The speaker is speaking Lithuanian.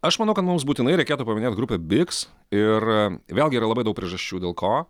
aš manau kad mums būtinai reikėtų paminėt grupę biks ir vėlgi yra labai daug priežasčių dėl ko